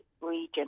region